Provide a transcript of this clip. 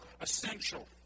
essential